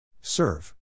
Serve